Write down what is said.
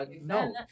No